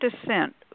descent